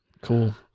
Cool